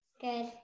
Good